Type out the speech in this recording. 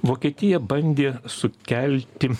vokietija bandė sukelti